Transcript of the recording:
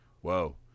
Whoa